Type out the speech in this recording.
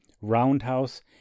roundhouse